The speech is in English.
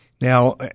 Now